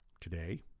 today